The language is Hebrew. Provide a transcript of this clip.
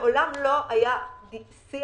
מעולם לא היה שיח